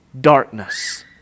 darkness